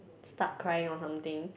start crying or something